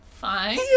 fine